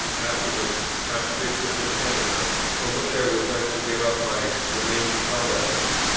afterwards archbishop of canterbury, from which i was led to give up my remaining calvinism,